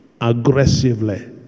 Aggressively